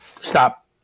Stop